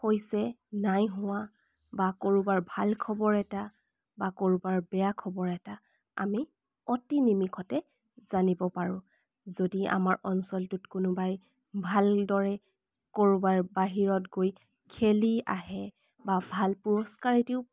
হৈছে নাই হোৱা বা ক'ৰবাৰ ভাল খবৰ এটা বা ক'ৰবাৰ বেয়া খবৰ এটা আমি অতি নিমিষতে জানিব পাৰোঁ যদি আমাৰ অঞ্চলটোত কোনোবাই ভালদৰে ক'ৰবাৰ বাহিৰত গৈ খেলি আহে বা ভাল পুৰস্কাৰ এটিও